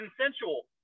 consensual